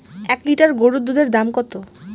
এক লিটার গরুর দুধের দাম কত?